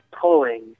pulling